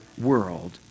world